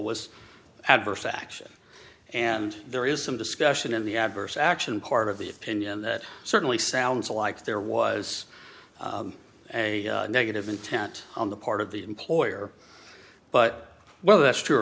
was adverse action and there is some discussion in the adverse action part of the opinion that certainly sounds like there was a negative intent on the part of the employer but whether that's true or